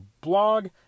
blog